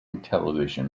television